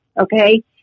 okay